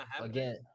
again